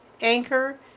Anchor